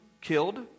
killed